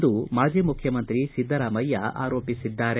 ಎಂದು ಮಾಜಿ ಮುಖ್ಯಮಂತ್ರಿ ಸಿದ್ದರಾಮಯ್ಯ ಆರೋಪಿಸಿದ್ದಾರೆ